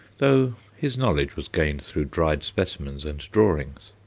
though his knowledge was gained through dried specimens and drawings.